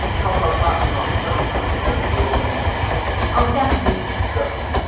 cost about five and and dollars and i remember her name romaine oh dusty dusty.